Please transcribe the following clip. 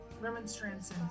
remonstrances